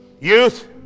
Youth